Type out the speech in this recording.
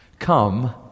come